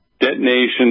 detonation